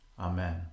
Amen